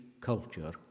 culture